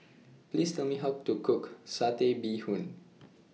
Please Tell Me How to Cook Satay Bee Hoon